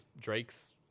Drake's